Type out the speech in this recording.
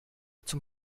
zum